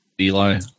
eli